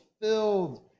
filled